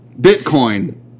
Bitcoin